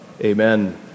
Amen